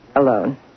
Alone